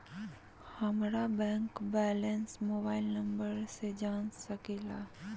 हमारा bank balance mobile number से जान सके ला?